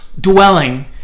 dwelling